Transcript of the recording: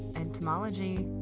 entomology,